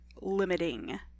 limiting